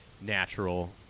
natural